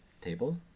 table